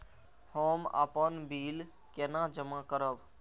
हम अपन बिल केना जमा करब?